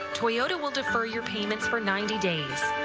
toyota will defer your payments for ninety days.